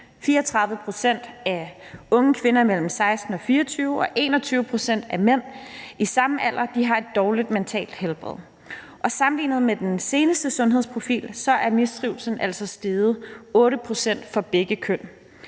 34 pct. af unge kvinder mellem 16 og 24 år og 21 pct. af mænd i samme alder har et dårligt mentalt helbred. Sammenlignet med den seneste sundhedsprofil er mistrivslen altså steget 8 pct. for begge køn.